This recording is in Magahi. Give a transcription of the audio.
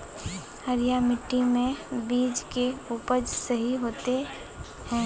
हरिया मिट्टी में बीज के उपज सही होते है?